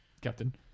Captain